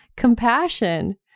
compassion